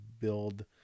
build